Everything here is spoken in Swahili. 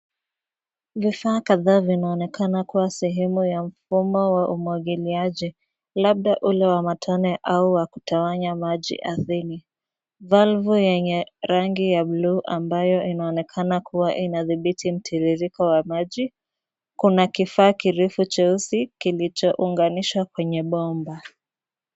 Vifaa kadhaa vinaonekana kuwa sehemu ya mfumo wa umwagiliaji, labda ule wa matone au wa kutawanya maji ardhini. Valvu yenye rangi ya bluu ambayo inaonekana kuwa inadhibiti mtiririko wa maji. Kuna kifaa kirefu cheusi kilichounganishwa kwenye bomba.